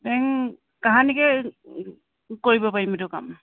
বেং কাহানিকে কৰিব পাৰিম এইটো কাম